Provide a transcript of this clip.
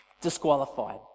disqualified